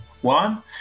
one